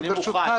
אני מוכן.